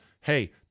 hey